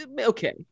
okay